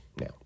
Now